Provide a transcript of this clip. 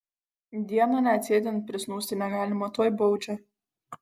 dieną net sėdint prisnūsti negalima tuoj baudžia